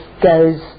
goes